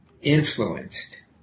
influenced